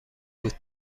بود